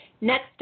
Next